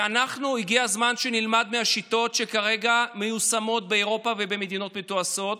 הגיע הזמן שנלמד מהשיטות שכרגע מיושמות באירופה ובמדינות מתועשות,